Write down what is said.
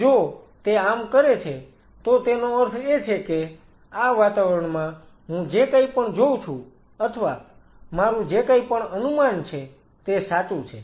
જો તે આમ કરે છે તો તેનો અર્થ એ છે કે આ વાતાવરણમાં હું જે કાંઈ પણ જોઉં છું અથવા મારું જે કાંઈ પણ અનુમાન છે તે સાચું છે